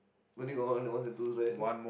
what did you got ones ones and twos right